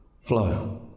flow